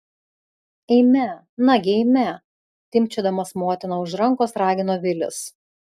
eime nagi eime timpčiodamas motiną už rankos ragino vilis